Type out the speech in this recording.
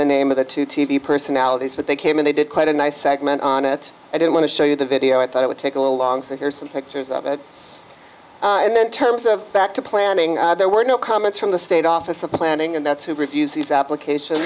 the name of the two t v personalities but they came in they did quite a nice segment on it i didn't want to show you the video i thought it would take along so here's some pictures of it and then terms of back to planning there were no comments from the state office of planning and that's who reviews these applications